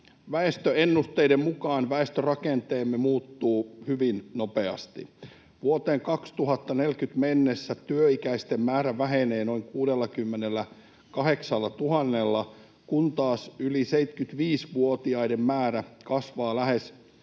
Väestöennusteiden mukaan väestörakenteemme muuttuu hyvin nopeasti. Vuoteen 2040 mennessä työikäisten määrä vähenee noin 68 000:lla, kun taas yli 75-vuotiaiden määrä kasvaa lähes